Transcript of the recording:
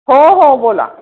हो हो बोला